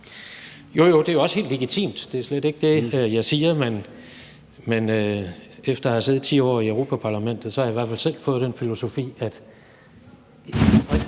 og det er også helt legitimt – det er slet ikke det, jeg siger. Men efter at have siddet 10 år i Europa-Parlamentet har jeg i hvert fald selv fået den filosofi, at